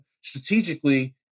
strategically